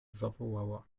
zawołała